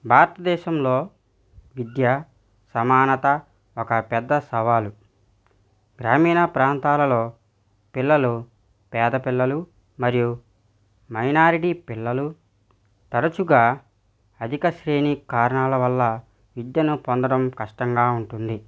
భారతదేశంలో విద్య సమానత ఒక పెద్ద సవాలు గ్రామీణ ప్రాంతాలలో పిల్లలు పేద పిల్లలు మరియు మైనారిటీ పిల్లలు తరచుగా అధిక శ్రేణి కారణాలవల్ల విద్యను పొందడం కష్టంగా ఉంటుంది